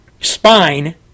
spine